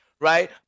right